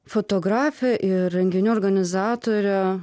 fotografė ir renginių organizatorė